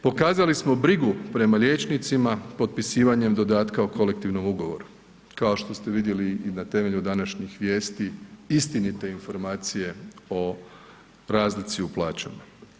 Pokazali smo brigu prema liječnicima potpisivanjem dodatka o kolektivnom ugovoru, kao što ste vidjeli i na temelju današnjih vijesti istinite informacije o razlici u plaćama.